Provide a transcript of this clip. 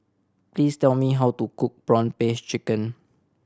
please tell me how to cook prawn paste chicken